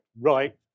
right